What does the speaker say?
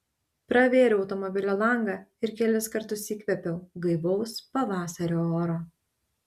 pravėriau automobilio langą ir kelis kartus įkvėpiau gaivaus pavasario oro